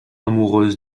amoureuse